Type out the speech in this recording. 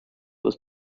was